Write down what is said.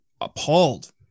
appalled